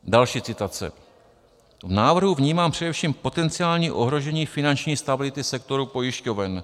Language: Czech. Další citace: V návrhu vnímám především potenciální ohrožení finanční stability sektoru pojišťoven.